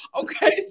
Okay